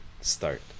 start